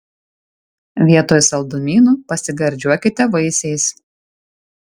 vietoj saldumynų pasigardžiuokite vaisiais